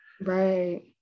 right